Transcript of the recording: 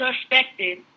suspected